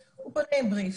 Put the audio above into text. הוא פונה עם בריף,